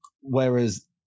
Whereas